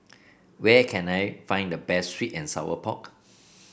where can I find the best sweet and Sour Pork